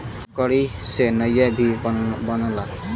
लकड़ी से नइया भी बनला